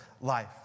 life